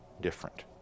different